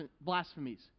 blasphemies